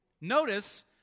Notice